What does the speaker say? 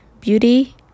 beauty